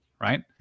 right